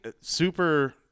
super